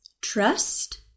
Trust